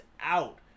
out